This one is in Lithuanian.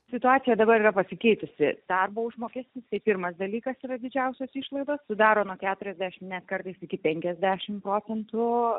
situacija dabar pasikeitusi darbo užmokestis ir pirmas dalykas yra didžiausias išlaidas sudaro nuo keturiasdešimt net kartais iki penkiasdešimt procentų